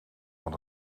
van